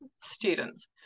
students